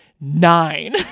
nine